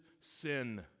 sin